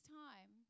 time